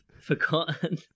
forgotten